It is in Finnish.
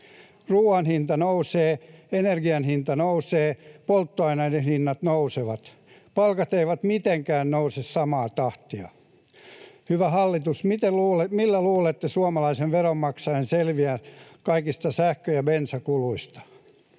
Ruoan hinta nousee, energian hinta nousee, polttoaineiden hinnat nousevat. Palkat eivät mitenkään nouse samaa tahtia. Hyvä hallitus, millä luulette suomalaisen veronmaksajan selviävän kaikista sähkö- ja bensakuluista?